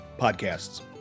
podcasts